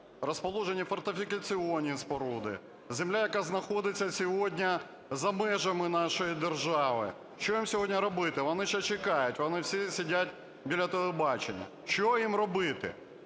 розташовані фортифікаційні споруди, земля, яка знаходиться сьогодні за межами нашої держави. Що їм сьогодні робити, вони чекають, вони сидять біля телебачення. Що їм робити?